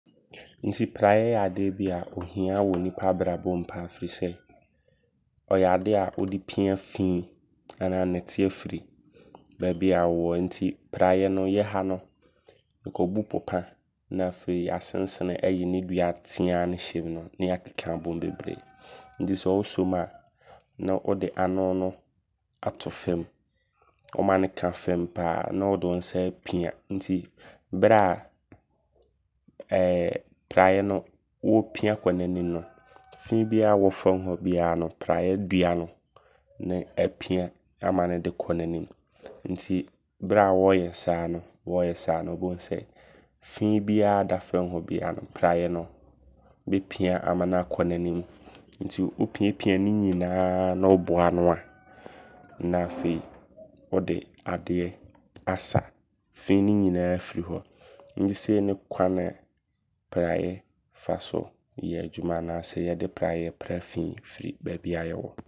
Nti prayɛ yɛ adeɛ bia ɔhia wɔ nnipa abrabɔm paa. Firi sɛ, ɔyɛ adea wode pia fi. Anaa nnɛteɛ firi baabia wowɔ. Nti prayɛ no yɛ ha no, yɛkɔbu popa na afei yaɛsensene ayi ne dua teaa no hyɛm no ne yɛɛkeka abom bebree. Nti sɛ wosɔm a ne wode ano no ato fam. Woma no ka fam paa ne wode wo nsa apia. Nti berɛ a ɛɛɛ prayɛ no wɔɔpia kɔ n'anim no fi biaa wɔ fam hɔ biaa prayɛdua no ne apia ama no de kɔ n'anim. Nti berɛ a wɔɔyɛ saa no wɔɔyɛ saa no wobɛhu sɛ fii biaa da fam hɔ no prayɛ no bɛpia ama naa kɔ n'anim. Nti wopiapia ne nyinaaa ne woboa ano a na afei wode adeɛ asa fi ne nyinaa afiri hɔ. Nti sei ne kwane a prayɛ faso yɛ adwuma. Anaasɛ yɛde prayɛ pra fi firi baabi a yɛwɔ.